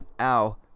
ow